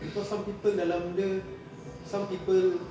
cause some people dalam dia some people